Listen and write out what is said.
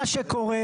מה שקורה,